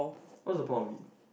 what's the point of it